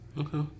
Okay